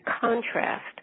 contrast